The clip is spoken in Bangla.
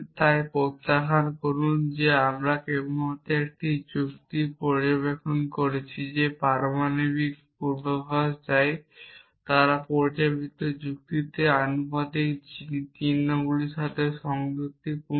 তাই প্রত্যাহার করুন যে আমরা এইমাত্র একটি পর্যবেক্ষণ করেছি যে পারমাণবিক পূর্বাভাস দেয় তারা প্রস্তাবিত যুক্তিতে আনুপাতিক চিহ্নগুলির সাথে সঙ্গতিপূর্ণ